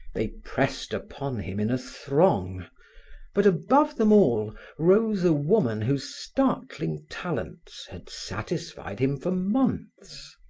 they pressed upon him in a throng but above them all rose a woman whose startling talents had satisfied him for months.